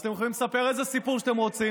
אז אתם יכולים לספר איזה סיפור שאתם רוצים,